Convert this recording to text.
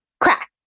crack